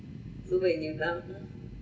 so when are you done